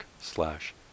slash